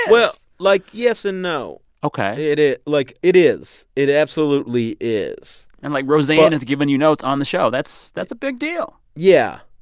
well, like, yes and no ok it is like, it is. it absolutely is and like, roseanne has given you notes on the show. that's that's a big deal yeah.